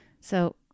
So-